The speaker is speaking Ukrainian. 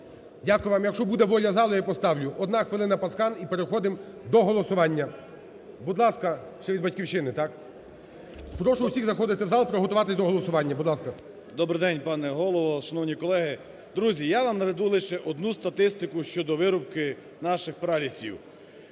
Дякую. Якщо буде воля залу, я поставлю. Одна хвилина Пацкан, і переходимо до голосування. Будь ласка, ще від "Батьківщини", так? Прошу всіх заходити в зал, приготуватися до голосування. Будь ласка. 17:53:20 ПАЦКАН В.В. Добрий день, пане Голово, шановні колеги!. Друзі, я вам наведу лише одну статистику щодо вирубки наших пралісів.